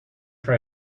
for